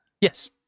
Yes